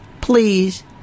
please